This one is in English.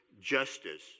justice